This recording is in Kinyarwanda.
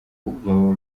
baba